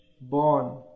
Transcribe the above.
born